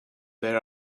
there